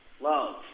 Love